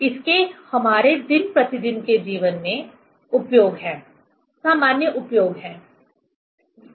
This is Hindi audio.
इसके हमारे दिन प्रतिदिन के जीवन में उपयोग हैं सामान्य उपयोग हैं